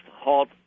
halt